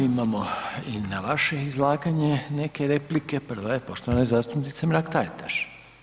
Imamo i na vaše izlaganje neke replike, prva je poštovane zastupnice Mrak Taritaš.